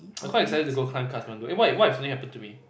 I quite excited to go climb Kathmandu eh what if what if something happen to me